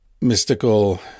mystical